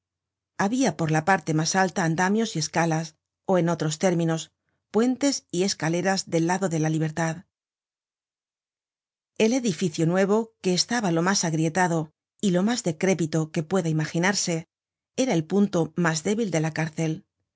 habia por la parte mas altaandamios y escalas ó en otros términos puentes y escaleras del lado de la libertad el edificio nuevo que estaba lo mas agrietado y lo mas decrépito que puede imaginarse era el punto mas débil de la cárcel